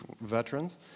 veterans